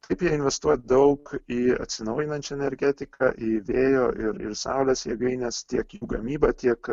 taip jie investuoja daug į atsinaujinančią energetiką į vėjo ir ir saulės jėgaines tiek į jų gamybą tiek